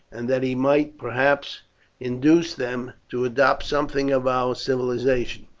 and that he might perhaps induce them to adopt something of our civilization.